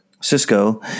Cisco